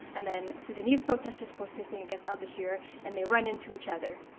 and then sudanese protesters protesting against al-bashir and they run into each other.